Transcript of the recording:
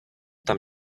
tam